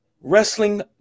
wrestling